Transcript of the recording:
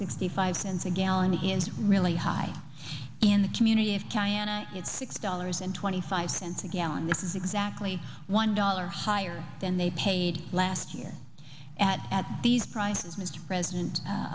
sixty five cents a gallon is really high in the community it's six dollars and twenty five cents a gallon this is exactly one dollar higher than they paid last year at at these prices mr president